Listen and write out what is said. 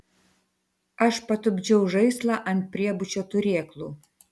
aš patupdžiau žaislą ant priebučio turėklų